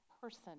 person